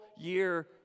year